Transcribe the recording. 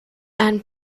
and